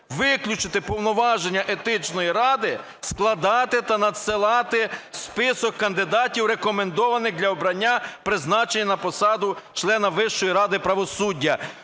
виключити повноваження Етичної ради складати та надсилати список кандидатів, рекомендованих для обрання (призначення) на посаду члена Вищої ради правосуддя.